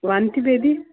ವಾಂತಿ ಭೇದಿ